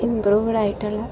ഇമ്പ്രൂവ്ഡായിട്ടുള്ള